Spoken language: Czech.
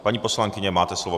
Paní poslankyně, máte slovo.